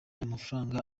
amafaranga